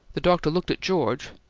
the doctor looked at george,